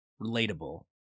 relatable